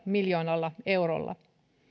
miljoonalla eurolla